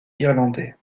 irlandais